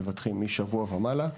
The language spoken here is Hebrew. מבטחים משבוע ומעלה.